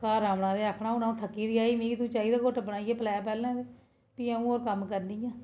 खाल्ली